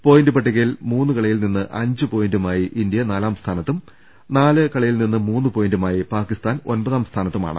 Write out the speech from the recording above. point പട്ടികയിൽ മൂന്ന് കളിയിൽനിന്ന് അഞ്ച് പോയിന്റുമായി ഇന്ത്യ നാലാം സ്ഥാനത്തും നാല് കളി യിൽനിന്ന് മൂന്ന് പോയിന്റുമായി പാക്കിസ്ഥാൻ ഒമ്പതാം സ്ഥാനത്തുമാണ്